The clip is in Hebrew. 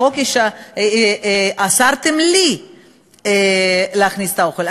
בחוק אסרתם עלי לאסור להכניס את האוכל,